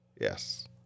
Yes